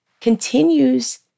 continues